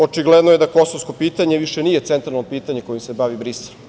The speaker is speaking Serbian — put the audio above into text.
Očigledno je da kosovsko pitanje više nije centralno pitanje kojim se bavi Brisel.